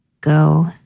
Go